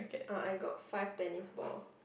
uh I got five tennis balls